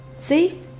See